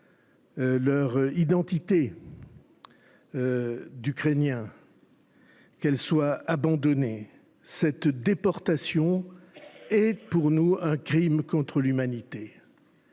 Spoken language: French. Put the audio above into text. leur identité ukrainienne, pour qu’elle soit abandonnée. Cette déportation est, pour nous, un crime contre l’humanité.